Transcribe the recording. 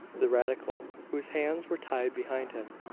the radical, whose hands were tied behind him,